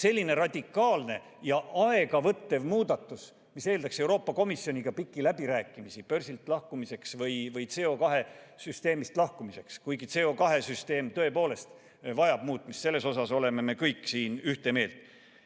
selline radikaalne ja aeganõudev muudatus, mis eeldaks Euroopa Komisjoniga pikki läbirääkimisi börsilt lahkumiseks või CO2süsteemist lahkumiseks. Kuigi CO2süsteem tõepoolest vajab muutmist, selles oleme me kõik siin ühte meelt.